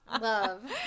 Love